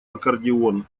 аккордеон